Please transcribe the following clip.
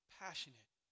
passionate